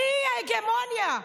הגמוניה.